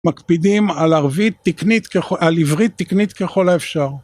מקפידים על עברית תקנית ככל האפשר.